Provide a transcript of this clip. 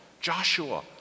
Joshua